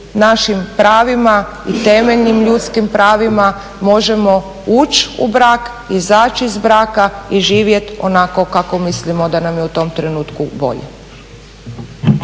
našim pravima i temeljnim ljudskim pravima možemo ući u brak, izaći iz braka i živjeti onako kako mislimo da nam je u tom trenutku bolje.